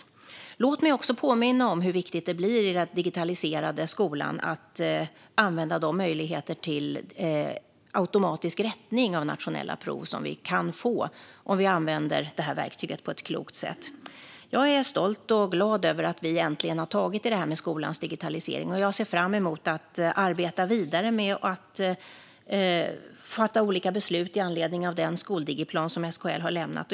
Låt mig också påminna om hur viktigt det i den digitaliserade skolan blir att använda de möjligheter till automatisk rättning av nationella prov på ett klokt sätt som vi kan få om vi använder detta verktyg. Jag är stolt och glad över att vi äntligen har tagit tag i skolans digitalisering. Jag ser fram emot att arbeta vidare med och fatta olika beslut med anledning av den skoldigiplan som SKL har lämnat.